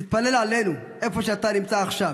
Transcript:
תתפלל עלינו איפה שאתה נמצא עכשיו,